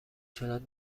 شدن